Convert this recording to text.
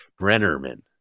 Brennerman